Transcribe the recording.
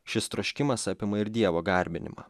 šis troškimas apima ir dievo garbinimą